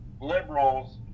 Liberals